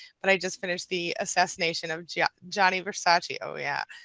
but i just finished the assassination of gianni gianni versace. oh, yeah.